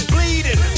Bleeding